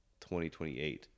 2028